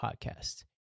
podcast